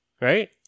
right